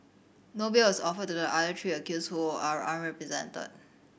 no bail was offered to the other three accused who are unrepresented